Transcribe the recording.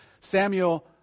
Samuel